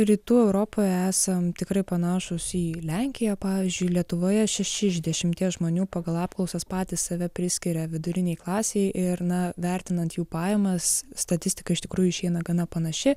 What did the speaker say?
rytų europoje esam tikrai panašūs į lenkiją pavyzdžiui lietuvoje šeši iš dešimties žmonių pagal apklausas patys save priskiria vidurinei klasei ir na vertinant jų pajamas statistika iš tikrųjų išeina gana panaši